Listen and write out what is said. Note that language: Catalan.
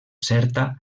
certa